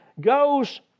goes